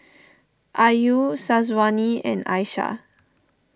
Ayu Syazwani and Aishah